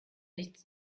nichts